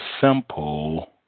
simple